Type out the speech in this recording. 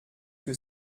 que